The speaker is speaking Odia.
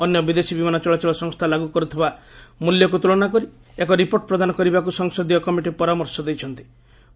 ଅନ୍ୟ ବିଦେଶୀ ବିମାନ ଚଳାଚଳ ସଂସ୍ଥା ଲାଗୁ କରୁଥିବା ମୂଲ୍ୟକୁ ତୁଳନା କରି ଏକ ରିପୋର୍ଟ ପ୍ରଦାନ କରିବାକୁ ସଂସଦୀୟ କମିଟି ପରାମର୍ଶ ଦେଇଛନ୍ତି କହିଛନ୍ତି